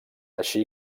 així